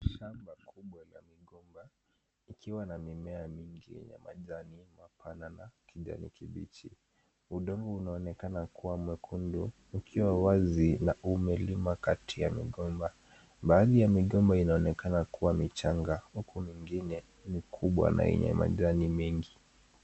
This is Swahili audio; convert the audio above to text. Shamba kubwa la migomba, likiwa na mimea mingi yenye majani mapana na kijani kibichi, udongo unaonekana kuwa mwekundu, ukiwa wazi na umelima kati ya migomba, baadhi ya migomba inaonekana kuwa michanga huku mingine ni kubwa na yenye majani mengi.